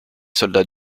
soldats